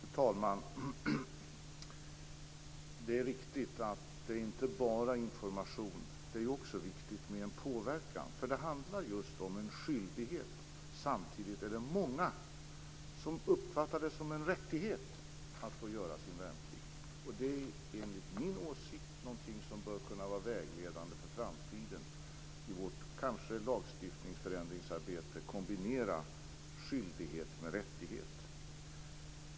Fru talman! Det är riktigt att det inte bara gäller information, utan att det också är viktigt med påverkan. Det handlar just om en skyldighet. Samtidigt är det många som uppfattar det som en rättighet att få göra sin värnplikt. Det är enligt min åsikt någonting som bör kunna vara vägledande för framtiden, att i vårt arbete med en förändring av lagstiftningen kombinera skyldighet med rättighet.